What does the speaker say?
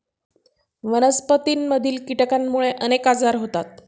वनस्पतींमधील कीटकांमुळे अनेक आजार होतात